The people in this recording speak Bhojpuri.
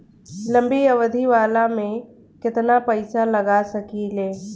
लंबी अवधि वाला में केतना पइसा लगा सकिले?